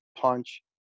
punch